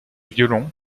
violons